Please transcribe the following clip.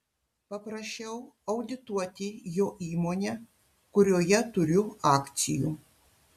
paprašiau audituoti jo įmonę kurioje turiu akcijų